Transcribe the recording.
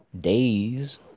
days